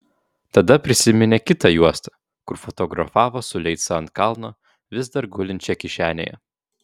tada prisiminė kitą juostą kur fotografavo su leica ant kalno vis dar gulinčią kišenėje